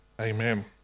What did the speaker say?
amen